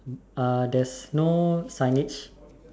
uh there's no signage